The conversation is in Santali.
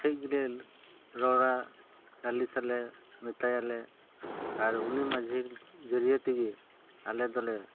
ᱴᱷᱮᱱ ᱜᱮᱞᱮ ᱨᱚᱲᱟ ᱞᱟᱹᱞᱤᱥ ᱟᱞᱮ ᱢᱮᱛᱟᱭᱟᱞᱮ ᱟᱨ ᱩᱱᱤ ᱢᱟᱺᱡᱷᱮ ᱡᱟᱹᱨᱤᱭᱟᱹ ᱛᱮᱜᱮ ᱟᱞᱮ ᱫᱚᱞᱮ